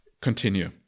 continue